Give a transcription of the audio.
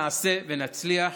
נעשה ונצליח.